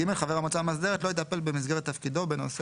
חבר המועצה המאסדרת לא יטפל במסגרת תפקידו בנושא